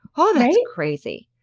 oh, that's crazy.